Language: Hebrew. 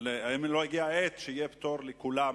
האם לא הגיעה העת שיהיה פטור לכולם,